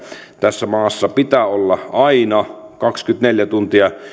tässä maassa pitää olla aina kaksikymmentäneljä tuntia